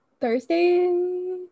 Thursday